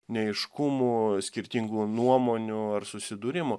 neaiškumų skirtingų nuomonių ar susidūrimų